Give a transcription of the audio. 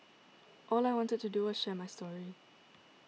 all I wanted to do was to share my story